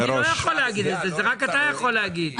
אני לא יכול להגיד את זה, רק אתה יכול להגיד.